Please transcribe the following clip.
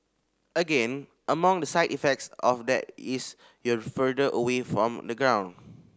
again among the side effects of that is you're further away from the ground